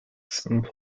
some